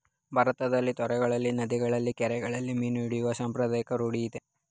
ಭಾರತದಲ್ಲಿ ತೊರೆಗಳಲ್ಲಿ, ನದಿಗಳಲ್ಲಿ, ಕೆರೆಗಳಲ್ಲಿ ಮೀನು ಹಿಡಿಯುವ ಸಂಪ್ರದಾಯ ರೂಢಿಯಿದೆ